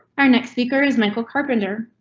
our next speaker is michael carpenter.